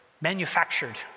manufactured